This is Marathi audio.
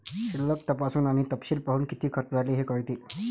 शिल्लक तपासून आणि तपशील पाहून, किती खर्च झाला हे कळते